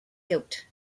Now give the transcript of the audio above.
guilt